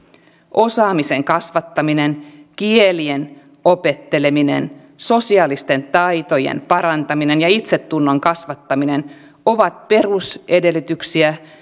osaamisen kasvattaminen kielien opetteleminen sosiaalisten taitojen parantaminen ja itsetunnon kasvattaminen ovat perusedellytyksiä